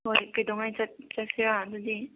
ꯍꯣꯏ ꯀꯩꯗꯧꯉꯩ ꯆꯠꯁꯤꯔꯥ ꯑꯗꯨꯗꯤ